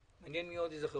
על מה אתה מדבר?